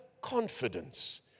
confidence